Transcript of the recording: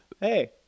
hey